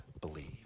believe